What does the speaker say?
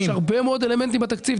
יש הרבה מאוד אלמנטים בתקציב.